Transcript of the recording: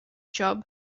job